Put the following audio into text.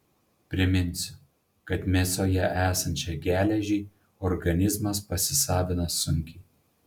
priminsiu kad mėsoje esančią geležį organizmas pasisavina sunkiai